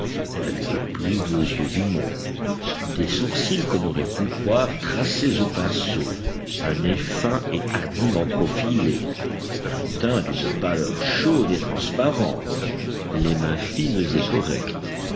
elle avait les plus beaux yeux du monde des sourcils qu'on aurait pu croire tracés au pinceau un nez fin et hardiment profilé un teint d'une pâleur chaude et transparente les mains fines et correctes